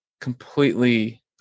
completely